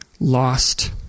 Lost